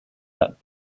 that